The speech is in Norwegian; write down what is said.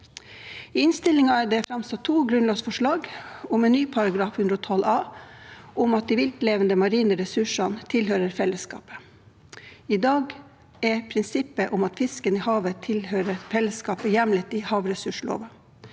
I innstillingen er det framsatt to grunnlovsforslag om en ny § 112 a, om at de viltlevende marine ressursene tilhører fellesskapet. I dag er prinsippet om at fisken i havet tilhører fellesskapet, hjemlet i havressursloven,